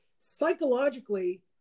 psychologically